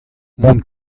mont